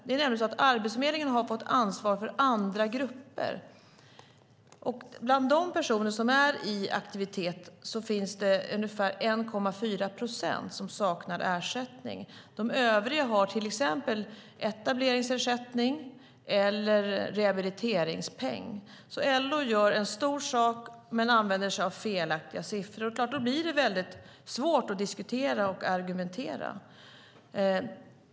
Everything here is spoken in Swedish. Det är nämligen så att Arbetsförmedlingen har fått ansvar för andra grupper, och bland de personer som är i aktivitet är det ungefär 1,4 procent som saknar ersättning. De övriga har till exempel etableringsersättning eller rehabiliteringspeng. LO gör en stor sak av detta men använder sig av felaktiga siffror, och då blir det väldigt svårt att diskutera och argumentera.